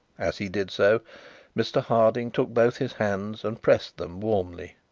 as he did so mr harding took both his hands, and pressed them warmly.